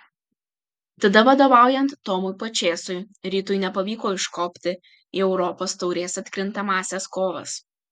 tada vadovaujant tomui pačėsui rytui nepavyko iškopti į europos taurės atkrintamąsias kovas